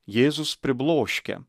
jėzus pribloškia